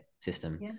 system